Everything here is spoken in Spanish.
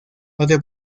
otro